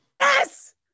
Yes